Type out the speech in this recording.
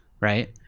right